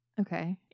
Okay